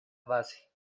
base